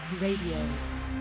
Radio